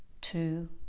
two